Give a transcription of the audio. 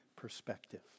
perspective